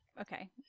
okay